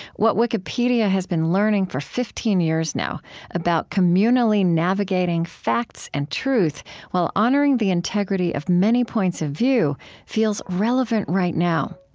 what wikipedia has been learning for fifteen years now about communally navigating facts and truth while honoring the integrity of many points of view feels relevant right now.